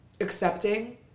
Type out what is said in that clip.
accepting